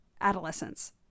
adolescents